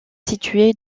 située